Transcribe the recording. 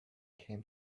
came